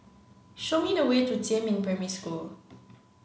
show me the way to Jiemin Primary School